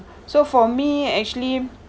so for me actually